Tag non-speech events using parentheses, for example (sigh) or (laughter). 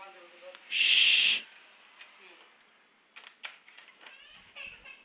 (noise)